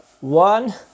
one